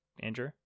Andrew